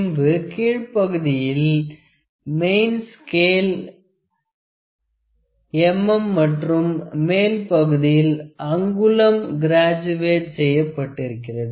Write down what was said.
பின்பு கீழ் பகுதியில் மெயின் ஸ்கேள் mm மற்றும் மேல் பகுதியில் அங்குலம் கிராடுவெட் செய்யப்பட்டிருக்கிறது